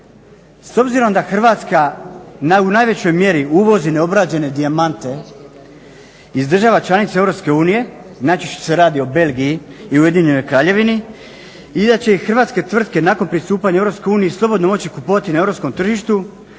S obzirom da Hrvatska u najvećoj mjeri uvozi neobrađene dijamante iz država članica EU, najčešće se radi o Belgiji i Ujedinjenoj Kraljevini, i da će i hrvatske tvrtke nakon pristupanja EU slobodno moći kupovati na europskom